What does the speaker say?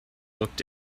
looked